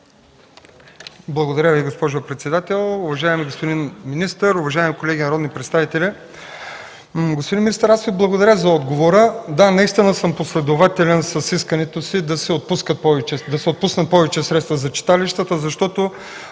Благодаря Ви, госпожо председател. Уважаеми господин министър, уважаеми колеги народни представители! Господин министър, благодаря за отговора. Да, наистина съм последователен с искането си да се отпуснат повече средства за читалищата, защото